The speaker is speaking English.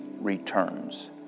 returns